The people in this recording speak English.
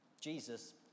Jesus